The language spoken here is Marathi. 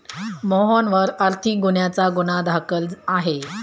मोहनवर आर्थिक गुन्ह्याचा गुन्हा दाखल आहे